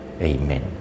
Amen